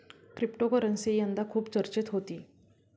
cryptocurrency यंदा खूप चर्चेत होती